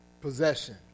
possession